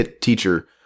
teacher